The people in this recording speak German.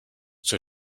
zur